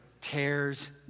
tears